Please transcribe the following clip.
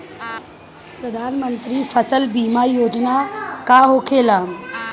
प्रधानमंत्री फसल बीमा योजना का होखेला?